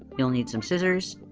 you'll need some scissors